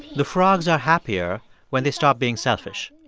the frogs are happier when they stop being selfish.